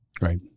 Right